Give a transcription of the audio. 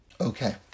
Okay